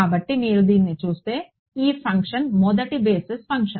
కాబట్టి మీరు దీన్ని చూస్తే ఈ ఫంక్షన్ మొదటి బేసిస్ ఫంక్షన్